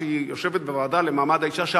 שהיא יושבת בוועדה למעמד האשה,